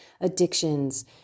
addictions